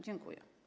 Dziękuję.